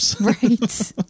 right